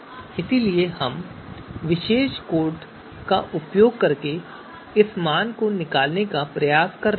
इसलिए हम इस विशेष कोड का उपयोग करके उस मान को निकालने का प्रयास कर रहे हैं